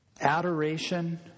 Adoration